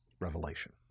revelation